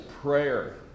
prayer